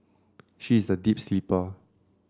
she is a deep sleeper